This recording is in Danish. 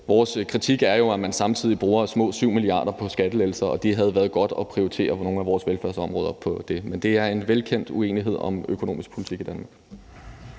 vores kritik er jo, at man samtidig bruger små 7 mia. kr. på skattelettelser. Det havde været godt at prioritere nogle af vores velfærdsområder i stedet; det er en velkendt uenighed om økonomisk politik i Danmark.